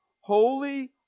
Holy